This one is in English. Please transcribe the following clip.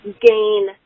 gain